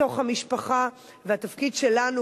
והתפקיד שלנו,